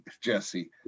Jesse